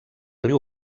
riu